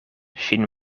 ŝin